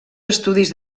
estudis